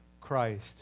Christ